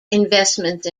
investments